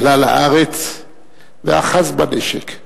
עלה לארץ ואחז בנשק.